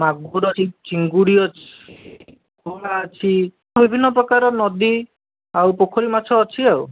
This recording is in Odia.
ମାଗୁର ଅଛି ଚିଙ୍ଗୁଡ଼ି ଅଛି ପୋହଳା ଅଛି ଆଉ ବିଭିନ୍ନ ପ୍ରକାରର ନଦୀ ଆଉ ପୋଖରୀ ମାଛ ଅଛି ଆଉ